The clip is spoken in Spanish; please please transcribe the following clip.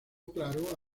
claro